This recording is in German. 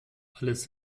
alles